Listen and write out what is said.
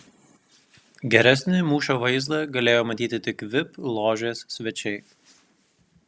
geresnį mūšio vaizdą galėjo matyti tik vip ložės svečiai